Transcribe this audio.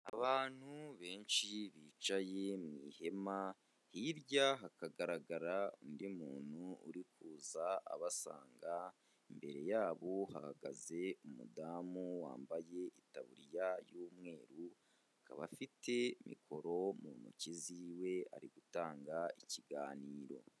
Abantu benshi bicaye mu ihema, hirya hakagaragara undi muntu uri kuza abasanga, imbere yabo hahagaze umudamu wambaye itaburiya y'umweru, akaba afite mikoro mu ntoki ziwe ari gutanga ikiganiro.